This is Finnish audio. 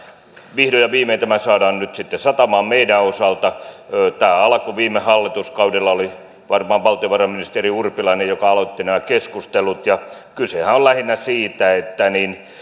vihdoin ja viimein tämä saadaan nyt sitten satamaan meidän osalta tämä alkoi viime hallituskaudella oli varmaan valtiovarainministeri urpilainen joka aloitti nämä keskustelut ja kysehän on lähinnä siitä että